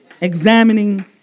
examining